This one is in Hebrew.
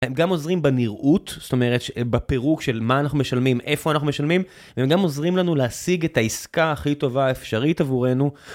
הם גם עוזרים בנראות, זאת אומרת, בפירוק של מה אנחנו משלמים, איפה אנחנו משלמים, והם גם עוזרים לנו להשיג את העסקה הכי טובה האפשרית עבורנו.